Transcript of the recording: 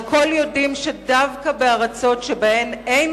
והכול יודעים שדווקא בארצות שבהן אין